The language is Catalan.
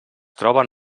troben